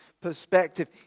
perspective